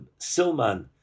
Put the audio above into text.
Silman